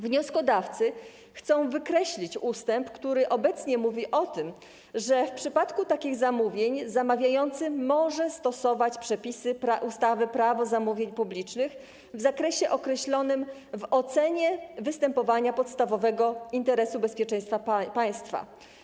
Wnioskodawcy chcą wykreślić ustęp, który obecnie mówi o tym, że w przypadku takich zamówień zamawiający może stosować przepisy ustawy - Prawo zamówień publicznych w zakresie określonym w ocenie występowania podstawowego interesu bezpieczeństwa państwa.